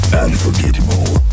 unforgettable